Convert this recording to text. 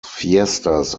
fiestas